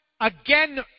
again